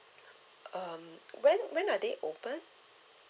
um when when are they open